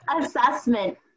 assessment